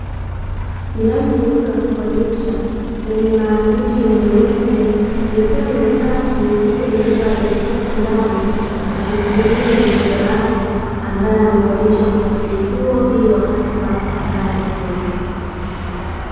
Gari jeupe la kukodishwa lenye maandishi meusi likiwa limepaki, Huku dereva aliekuwa ndani akimsubiri mteja wake ambaye amekodisha usafiri huo ili waweze kuanza safari mapema.